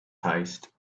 heist